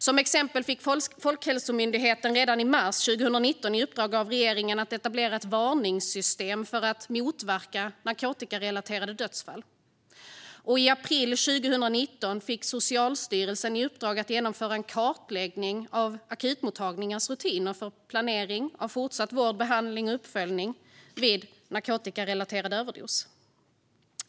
Som exempel fick Folkhälsomyndigheten redan i mars 2019 i uppdrag av regeringen att etablera ett varningssystem för att motverka narkotikarelaterade dödsfall. I april 2019 fick Socialstyrelsen i uppdrag att genomföra en kartläggning av akutmottagningarnas rutiner för planering av fortsatt vård, behandling och uppföljning vid narkotikarelaterad överdos.